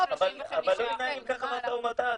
אבל לא לנהל ככה משא ומתן,